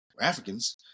Africans